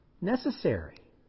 necessary